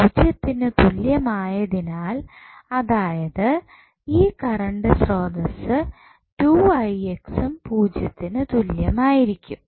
പൂജ്യത്തിന് തുല്യമായതിനാൽ അതായത് ഈ കറണ്ട് സ്രോതസ്സ് ഉം പൂജ്യത്തിന് തുല്യമായിരിക്കും